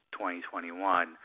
2021